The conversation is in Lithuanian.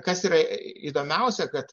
kas yra įdomiausia kad